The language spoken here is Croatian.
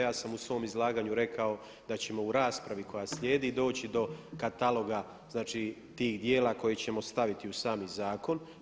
Ja sam u svom izlaganju rekao da ćemo u raspravi koja slijedi doći do kataloga, znači tih djela koji ćemo staviti u sami zakon.